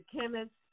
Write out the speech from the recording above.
chemists